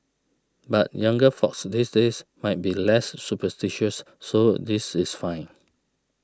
but younger folks these days might be less superstitious so this is fine